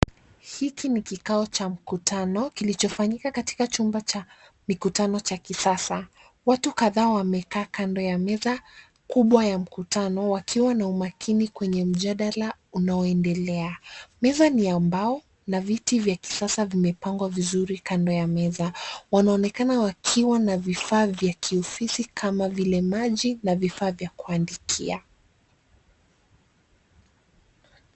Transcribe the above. Hiki ni kikao cha mkutano kilichofanyika katika chumba cha mikutano cha kisasa. Watu kadhaa wamekaa kando ya meza kubwa ya mkutano wakiwa na umakini kwenye mjadala unaoendelea. Meza ni ya mbao na viti vya kisasa vimepangwa vizuri kando ya meza, wanaonekana wakiwa na vifaa vya kiofisi kama vile maji na vifaa vya kuandikia.